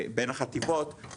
בין החטיבות,